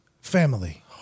family